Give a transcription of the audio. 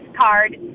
card